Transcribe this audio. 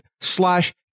slash